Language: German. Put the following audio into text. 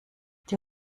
die